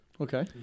Okay